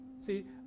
See